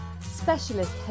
specialist